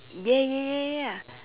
ya ya ya ya ya